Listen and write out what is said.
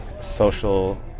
social